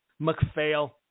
McPhail